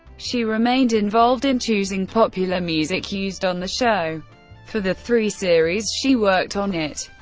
she remained involved in choosing popular music used on the show for the three series she worked on it.